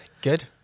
Good